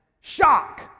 Shock